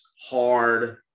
hard